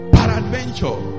Paradventure